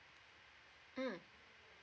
mm